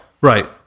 Right